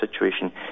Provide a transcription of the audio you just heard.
situation